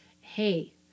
hey